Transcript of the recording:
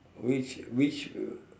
which which uh